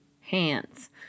Hands